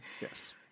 Yes